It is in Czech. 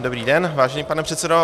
Dobrý den, vážený pane předsedo.